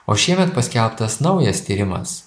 o šiemet paskelbtas naujas tyrimas